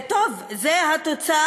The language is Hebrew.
טוב, זו התוצאה.